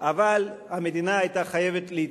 אז הם באים כאילו לשים דברים לא על